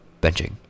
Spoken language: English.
benching